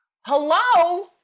Hello